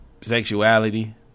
sexuality